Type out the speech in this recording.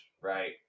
right